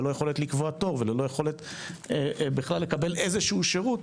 ללא יכולת לקבוע תור וללא יכולת לקבל שירות כלשהו